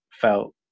felt